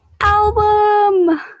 album